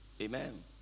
Amen